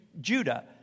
Judah